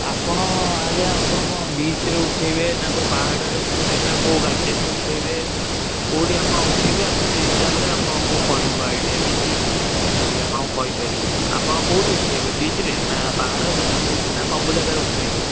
ଆପଣ ଆଜ୍ଞା ଆପଣ କ'ଣ ବିଚ୍ରେ ଉଠାଇବେ ନା କେଉଁ ପାହାଡ଼ରେ ଉଠାଇବେ ନା କେଉଁ ଗାର୍ଡ଼େନରେ ଉଠାଇବେ କେଉଁଠି ଆପଣ ଉଠାଇବେ ଆମେ ସେଇ ହିସାବରେ ଆପଣଙ୍କୁ କହିବୁ ଆଇଡ଼ିଆ କିଛି କିଛି ଆପଣଙ୍କୁ କହିପାରିବୁ ଆପଣ କେଉଁଠି ଉଠାଇବେ ବିଚ୍ରେ ନା ପାହାଡ଼ରେ ନା କେଉଁଠି ନା ସବୁ ଜାଗାରେ ଉଠାଇବେ